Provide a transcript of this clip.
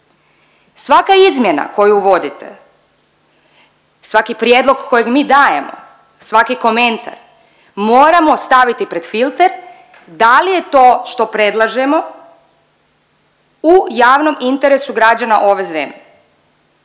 Svaka izmjena koju uvodite, svaki prijedlog koji mi dajemo, svaki komentar moramo staviti pred filter da li je to što predlažemo u javnom interesu građana ove zemlje